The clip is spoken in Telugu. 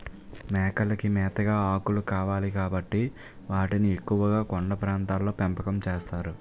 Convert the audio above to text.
మేకలకి మేతగా ఆకులు కావాలి కాబట్టి వాటిని ఎక్కువుగా కొండ ప్రాంతాల్లో పెంపకం చేస్తారు